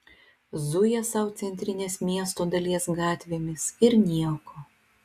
zuja sau centrinės miesto dalies gatvėmis ir nieko